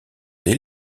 des